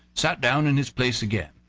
sat down in his place again.